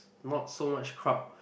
not so much crowd